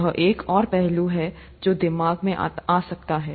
यह एक और पहलू है जो दिमाग में आ सकता है